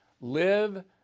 Live